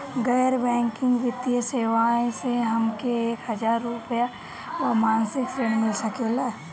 गैर बैंकिंग वित्तीय सेवाएं से हमके एक हज़ार रुपया क मासिक ऋण मिल सकेला?